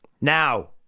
Now